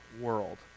world